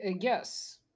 Yes